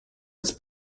its